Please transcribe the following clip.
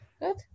good